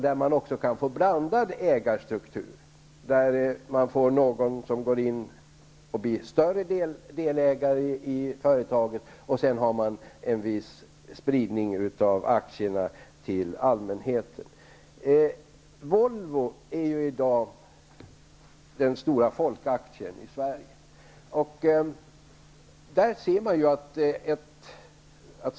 Man kan också få en blandad ägarstruktur, där man får någon som går in och blir en större delägare i företaget och sedan har man en viss spridning av aktierna till allmänheten. Volvo utgör i dag den stora folkaktien i Sverige.